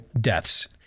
deaths